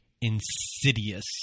insidious